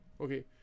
Okay